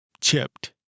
chipped